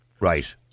right